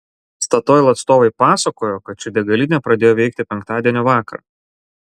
statoil atstovai pasakojo kad ši degalinė pradėjo veikti penktadienio vakarą